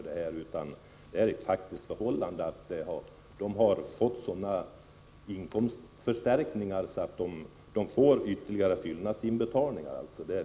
Det är ett faktum att man fått sådana inkomstförstärkningar att man måst göra fyllnadsinbetalningar.